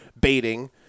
baiting